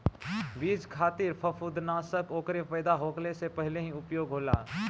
बीज खातिर फंफूदनाशक ओकरे पैदा होखले से पहिले ही उपयोग होला